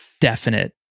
definite